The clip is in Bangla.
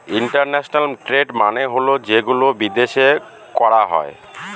ইন্টারন্যাশনাল ট্রেড মানে হল যেগুলো বিদেশে করা হয়